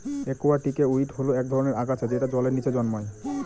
একুয়াটিকে উইড হল এক ধরনের আগাছা যেটা জলের নীচে জন্মায়